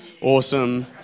awesome